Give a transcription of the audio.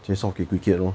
就送给 wee kiet lor